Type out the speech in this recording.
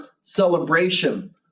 celebration